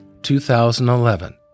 2011